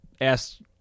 asked